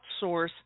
outsource